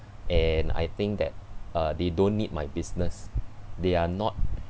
and I think that uh they don't need my business they are not